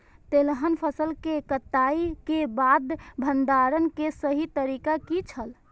तेलहन फसल के कटाई के बाद भंडारण के सही तरीका की छल?